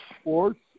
Sports